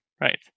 right